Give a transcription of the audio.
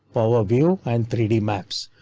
powerview, and three d maps.